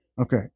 Okay